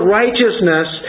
righteousness